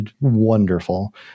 wonderful